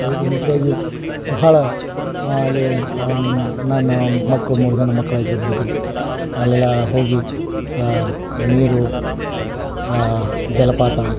ಸವಿದೀವಿ ನಿಜವಾಗಿಯೂ ಭಾಳ ಅಲ್ಲಿ ನನ್ನ ಮಕ್ಕಳು ಮೂರು ಜನ ಮಕ್ಳು ಆಗಿರಬಹುದು ಅಲ್ಲೆಲ್ಲ ಹೋಗಿ ಆ ನೀರು ಆ ಜಲಪಾತ